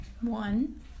One